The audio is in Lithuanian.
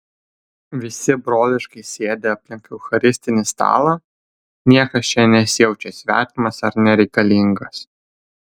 visi broliškai sėdi aplink eucharistinį stalą niekas čia nesijaučia svetimas ar nereikalingas